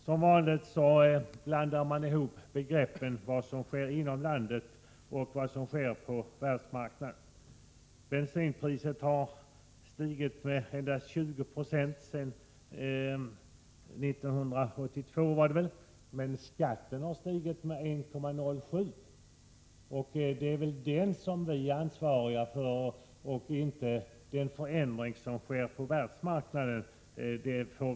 Som vanligt blandar man ihop begreppen när det gäller vad som sker inom landet och vad som sker på världsmarknaden. Bensinpriset har stigit med endast 20 96 sedan 1984, men skatten har stigit med 1:07 kr. Det är väl den som vi här är ansvariga för och inte den förändring som sker på världsmarknaden.